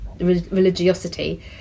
religiosity